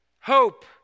hope